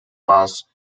pass